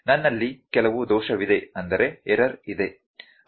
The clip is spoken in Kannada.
ನನ್ನಲ್ಲಿ ಕೆಲವು ದೋಷವಿದೆ